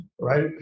Right